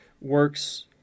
works